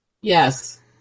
Yes